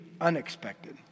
unexpected